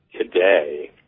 today